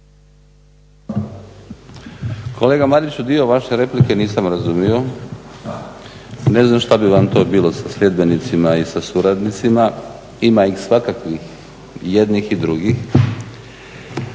Kolega Mariću dio vaše replike nisam razumio. Ne znam što bi vam to bilo sa sljedbenicima i sa suradnicima, ima ih svakakvih i jednih i drugih.